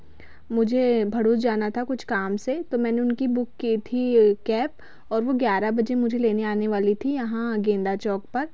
मुझे भरुस जाना था कुछ काम से तो मैंने उनकी बुक की थी कैप और वह ग्यारह बजे मुझे लेने आने वाली थी यहाँ गेंदा चौक पर